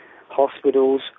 hospitals